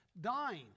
dying